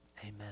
amen